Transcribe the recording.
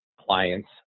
clients